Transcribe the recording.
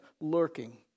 lurking